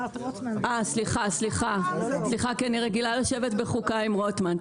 אני רוצה גם לציין שביישובי מיעוטים של דרוזים,